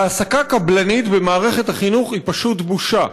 והעסקה קבלנית במערכת החינוך היא פשוט בושה.